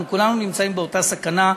אנחנו כולנו נמצאים באותה סכנה,